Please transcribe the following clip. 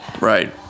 Right